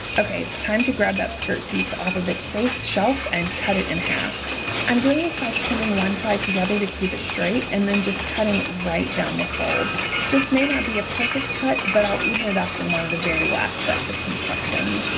okay it's time to grab that skirt piece off of its safe shelf and cut it in half i'm doing this by pinning one side together to keep it straight and then just cutting right down the fold this may not be a perfect cut but i'll even it up in one of the very last steps of construction